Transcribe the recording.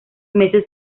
meses